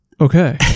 okay